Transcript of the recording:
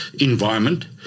environment